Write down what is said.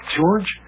George